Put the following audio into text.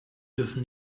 dürfen